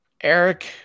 Eric